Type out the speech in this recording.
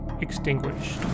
extinguished